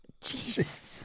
Jesus